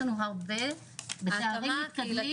יש לנו הרבה בתארים מתקדמים,